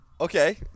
Okay